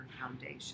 Foundation